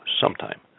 sometime